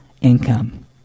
income